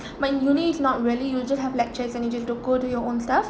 but uni is not really you just have lectures and you just d~ go do your own stuff